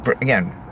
Again